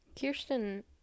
Kirsten